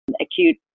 acute